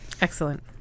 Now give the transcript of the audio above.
Excellent